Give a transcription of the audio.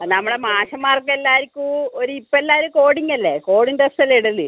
നമ്മള മാഷുമ്മാർക്ക് എല്ലാവർക്കും ഒരു ഇപ്പോൾ എല്ലാവരും കോഡിംഗ് അല്ലേ കോഡിംഗ് ഡ്രസ്സ് അല്ലേ ഇടൽ